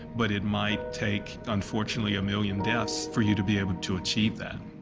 but it might take, unfortunately, a million deaths for you to be able to achieve that.